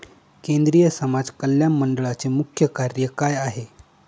केंद्रिय समाज कल्याण मंडळाचे मुख्य कार्य काय आहे?